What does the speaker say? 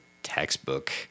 textbook